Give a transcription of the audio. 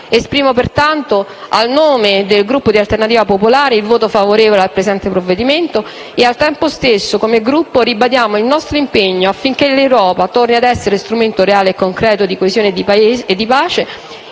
Esprimo pertanto, a nome del Gruppo di Alternativa Popolare, il voto favorevole al presente provvedimento e al tempo stesso, come Gruppo, ribadiamo il nostro impegno affinché l'Europa torni ad essere strumento reale e concreto di coesione e di pace,